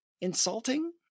insulting